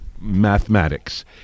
mathematics